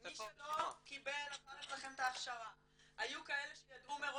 מי שלא קיבל אצלכם את ההכשרה היו כאלה שידעו מראש